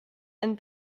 and